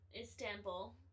Istanbul